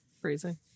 Freezing